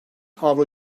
avro